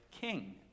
King